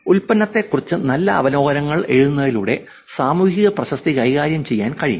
ഉൽപ്പന്നത്തെക്കുറിച്ച് നല്ല അവലോകനങ്ങൾ എഴുതുന്നതിലൂടെ സാമൂഹിക പ്രശസ്തി കൈകാര്യം ചെയ്യാൻ കഴിയും